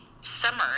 Summer